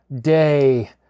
day